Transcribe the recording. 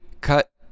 cut